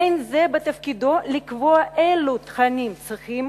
אין זה מתפקידו לקבוע אילו תכנים צריכים